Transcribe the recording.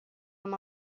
amb